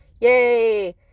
yay